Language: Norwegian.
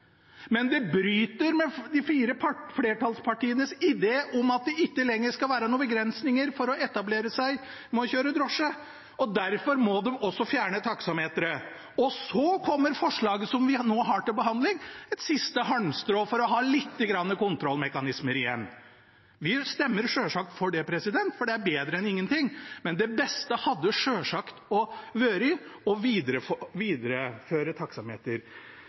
men det bryter med de fire flertallspartienes idé om at det ikke lenger skal være noen begrensninger for å etablere seg for å kjøre drosje, derfor må de også fjerne taksametret. Og så kommer forslaget vi nå har til behandling, et siste halmstrå for å ha noen kontrollmekanismer igjen. Vi stemmer selvsagt for det, for det er bedre enn ingenting. Men det beste hadde selvsagt vært å videreføre taksameteret. Denne regjeringen er systematisk, det skal den ha, i å